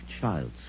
child's